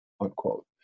unquote